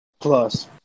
Plus